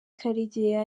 karegeya